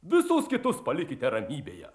visus kitus palikite ramybėje